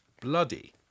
bloody